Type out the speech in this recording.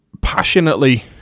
passionately